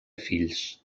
fills